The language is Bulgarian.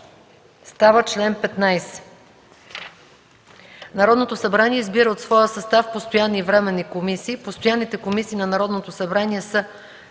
„Чл. 15. (1) Народното събрание избира от своя състав постоянни и временни комисии. (2) Постоянните комисии на Народното събрание са: